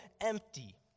empty